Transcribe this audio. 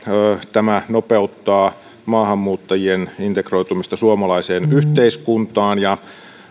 tämä nopeuttaa maahanmuuttajien integroitumista suomalaiseen yhteiskuntaan ja